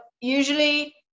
usually